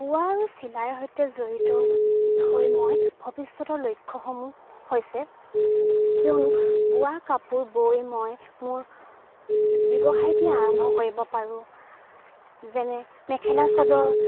বোৱা আৰু চিলাইৰ সৈতে জড়িত হৈ মই ভৱিষ্যতৰ লক্ষ্যসমূহ হৈছে কিয়নো বোৱা কাপোৰ বৈ মই মোৰ ব্যৱসায়টি আৰম্ভ কৰিব পাৰোঁ যেনে মেখেলা চাদৰ